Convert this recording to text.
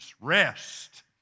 rest